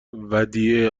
ودیعه